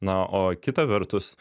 na o kita vertus